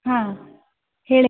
ಹಾಂ ಹೇಳಿ